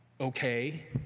okay